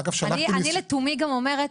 אני לתומי גם אומרת,